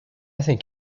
think